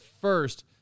first